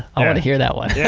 i wanna hear that one. yeah